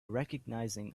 recognizing